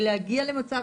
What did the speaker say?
הגיע הזמן להתחיל לפעול.